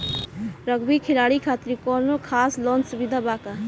Rugby खिलाड़ी खातिर कौनो खास लोन सुविधा बा का?